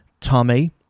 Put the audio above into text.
Tommy